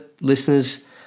listeners